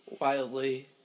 wildly